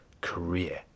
career